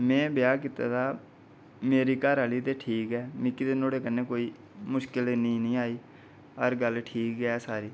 में ब्याह् कीते दा मेरी घरैआह्ली ते ठीक ऐ मिकी ते नोआड़े कन्नै कोई मुश्कल ते इन्नी नेईं आई हर गल्ल ठीक ऐ सारी